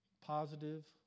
positive